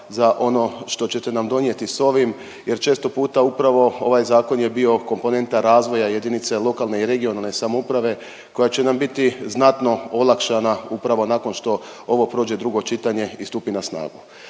za ono što ćete nam donijeti s ovim jer često puta upravo ovaj zakon je bio komponenta razvoja jedinice lokalne i regionalne samouprave koja će nam biti znatno olakšana upravo nakon što ovo prođe drugo čitanje i stupi na snagu.